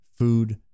Food